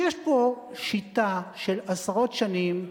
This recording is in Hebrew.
יש פה שיטה של עשרות שנים של,